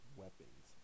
weapons